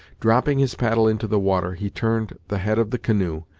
dropping his paddle into the water, he turned the head of the canoe,